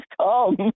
come